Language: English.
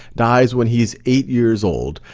dies when he's eight years old.